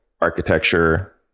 architecture